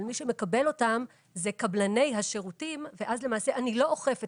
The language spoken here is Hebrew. אבל מי שמקבל אותם אלה הם קבלני השירותים ואז למעשה אני לא אוכפת